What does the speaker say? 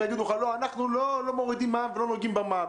ויגידו: אנחנו לא מורידים מע"מ ולא נוגעים במע"מ.